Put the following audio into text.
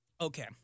Okay